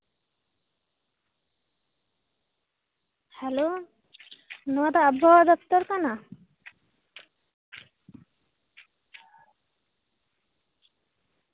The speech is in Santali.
ᱦᱮᱞᱳ ᱱᱚᱣᱟ ᱫᱚ ᱟᱵᱚᱦᱟᱣᱟ ᱫᱚᱯᱛᱚᱨ ᱠᱟᱱᱟ